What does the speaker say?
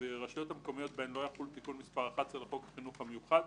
ברשויות המקומיות בהן לא יחול תיקון מס' 11 לחוק החינוך המיוחד,